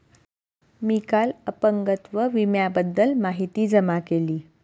मी काल अपंगत्व विम्याबद्दल माहिती जमा केली